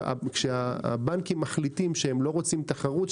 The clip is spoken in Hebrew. כשהבנקים מחליטים שהם לא רוצים תחרות,